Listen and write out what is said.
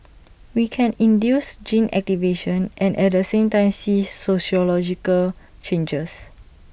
we can induce gene activation and at the same time see social changes